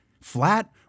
flat